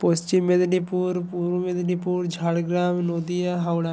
Paschim Medinipur Purba Medinipur Jhargram Nadia Howrah